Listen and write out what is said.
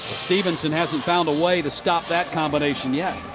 stephenson hasn't found a way to stop that combination yet.